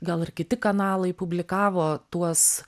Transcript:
gal ir kiti kanalai publikavo tuos